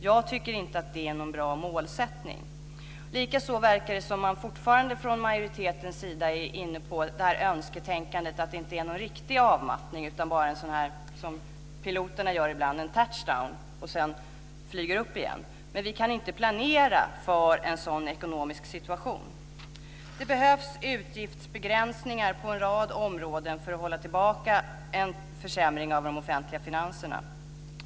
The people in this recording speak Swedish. Jag tycker inte att det är någon bra målsättning. Likaså verkar det som att man fortfarande från majoritetens sida är inne på det här önsketänkandet att det inte är någon riktig avmattning utan bara det här som piloterna gör ibland, en touchdown. Sedan flyger de upp igen. Men vi kan inte planera för en sådan ekonomisk situation. Det behövs utgiftsbegränsningar på en rad områden för att hålla tillbaka en försämring av de offentliga finanserna.